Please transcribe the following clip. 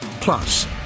Plus